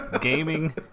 gaming